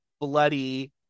bloody